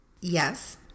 Yes